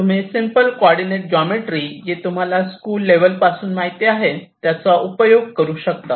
तुम्ही simple coordinate geometry जी तुम्हाला स्कूल लेवल पासून माहिती आहे त्याचा उपयोग करू शकतात